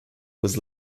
was